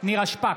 נירה שפק,